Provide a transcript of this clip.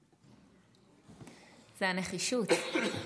איזו נחישות.